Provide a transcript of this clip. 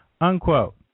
Unquote